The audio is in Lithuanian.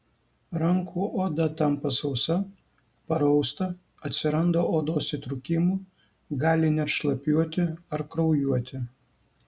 rankų oda tampa sausa parausta atsiranda odos įtrūkimų gali net šlapiuoti ar kraujuoti